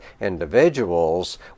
individuals